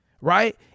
right